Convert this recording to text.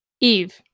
Eve